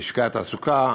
בלשכת התעסוקה.